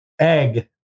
Egg